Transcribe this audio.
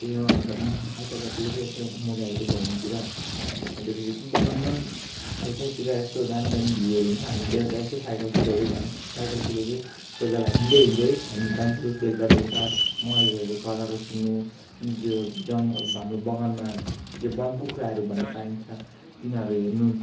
त्यही हो अन्त म आइतबारतिर चाहिँ यसै मुरैहरू बगानतिर अन्त पछि बगानमा पनि छेउ साइडतिर यस्तो दामी दामी भ्युहरू हुन्छ हामी बेलुका यसो साइकल कुदाउँदै जान्छु साइकल कुदाउँदै कोही बेला हिँड्दै हिँड्दै हामी जान्छौँ बेलुका बेलुका मयुरहरू कराएको सुन्न त्यो जङ्गल हाम्रो बगानमा जे वनकुखुराहरू भन्ने पाइन्छ तिनीहरू हेर्नु